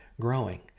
growing